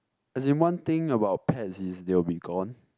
as in one thing about pets is they will be gone